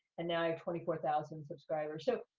and now i have twenty four thousand subscribers. so,